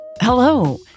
Hello